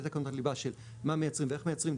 אלה תקנות הליבה של מה מייצרים ואיך מייצרים?